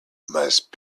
must